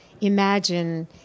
imagine